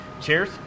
Cheers